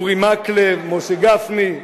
אורי מקלב, משה גפני.